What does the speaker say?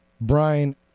brian